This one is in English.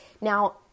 Now